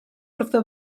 wrtho